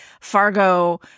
Fargo